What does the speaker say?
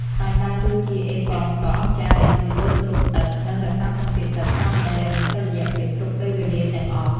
ខ្សាច់ដើរតួជាអេប៉ុងដ៏អស្ចារ្យដែលជួយបឺតស្រូបទឹក និង រក្សាសម្ពាធទឹកក្រោមដីឱ្យមានតុល្យភាពគ្រប់ពេលវេលាទាំងអស់។